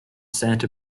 santa